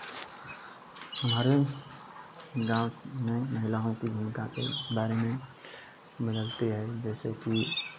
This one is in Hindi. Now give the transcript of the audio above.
हमारे गाँव में महिलाओं की भूमिका के बारे में बदलती है जैसे कि